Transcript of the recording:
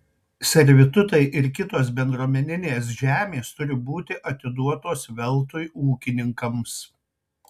servitutai ir kitos bendruomeninės žemės turi būti atiduotos veltui ūkininkams